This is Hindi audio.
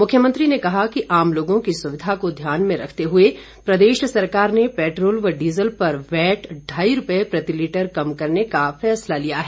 मुख्यमंत्री ने कहा कि आम लोगों की सुविधा को ध्यान में रखते हुए प्रदेश सरकार ने पैट्रोल व डीजल पर वैट ढ़ाई रूपए प्रतिलीटर कम करने का फैसला लिया है